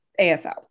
AFL